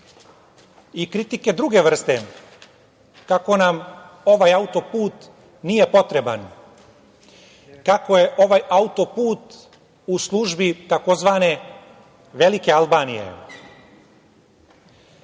i kritike druge vrste kako nam ovaj autoput nije potreban, kako je ovaj autoput u službi tzv. velike Albanije.